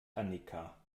annika